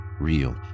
real